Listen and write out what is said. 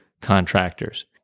contractors